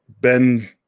ben